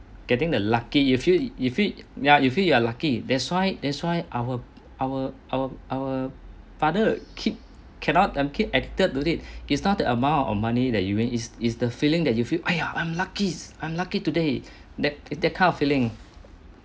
getting the lucky you feel you feel ya you feel you are lucky that's why that's why our our our our father keep cannot keep addicted to it it's not the amount of money that you want is is the feeling that you feel !aiya! I I'm lucky I'm lucky today that that kind of feeling